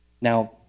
Now